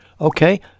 Okay